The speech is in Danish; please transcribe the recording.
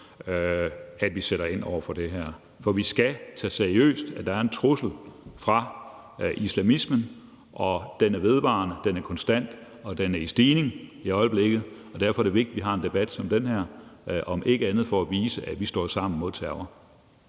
at vi sætter ind over for det her. For vi skal tage det seriøst, at der er en trussel fra islamisme, og den er vedvarende, den er konstant, og den er i stigning i øjeblikket. Derfor er det vigtigt, at vi har en debat som den her, om ikke andet for at vise, at vi står sammen mod terror.